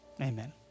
amen